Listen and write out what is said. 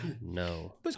no